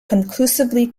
conclusively